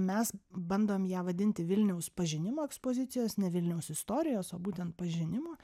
mes bandom ją vadinti vilniaus pažinimo ekspozicijos ne vilniaus istorijos o būtent pažinimo